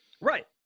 Right